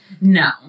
No